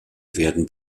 werden